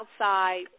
outside